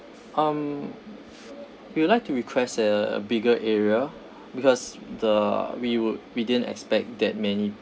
um we would like to request a bigger area because the we would we didn't expect that many